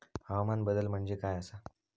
हवामान बदल म्हणजे काय आसा?